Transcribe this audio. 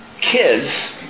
kids